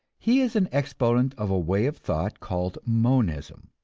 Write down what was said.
he is an exponent of a way of thought called monism,